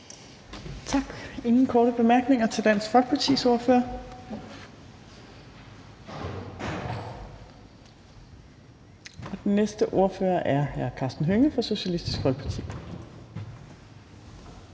Tak. Ingen korte bemærkninger til Dansk Folkepartis ordfører. Og den næste ordfører er hr. Karsten Hønge fra Socialistisk Folkeparti.